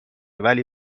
ولی